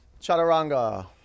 Chaturanga